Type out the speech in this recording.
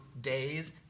days